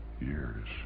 years